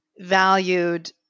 valued